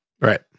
Right